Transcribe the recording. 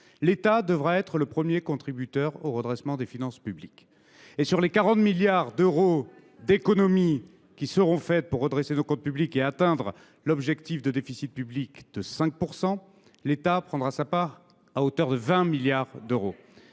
L’État devra ainsi être le premier contributeur au redressement des finances publiques. Sur les 40 milliards d’euros d’économies qui seront faites pour redresser nos comptes publics et atteindre l’objectif de déficit public de 5 %, l’État prendra sa part à hauteur de 20 milliards d’euros